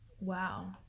Wow